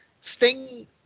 Sting